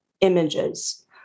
images